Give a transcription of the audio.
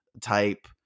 type